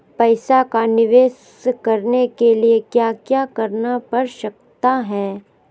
पैसा का निवेस करने के लिए क्या क्या करना पड़ सकता है?